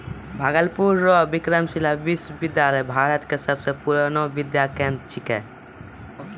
भागलपुर रो विक्रमशिला विश्वविद्यालय भारत के सबसे पुरानो विद्या केंद्र छिकै